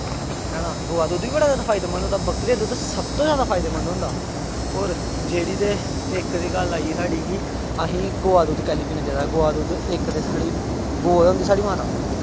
है ना गवै दा दुद्ध बी बड़ा जादा फायदेमंद होंदा बकरी दे दुद्ध सब तूं जादा फायदेमंद होंदा होर जेह्ड़ी ते इक ते गल्ल आई गेई साढ़ी असें गवै दा दुद्ध कैहली पीना चाहिदा गवै दा दुद्ध इक ते साढ़ी गौ होंदी साढ़ी माता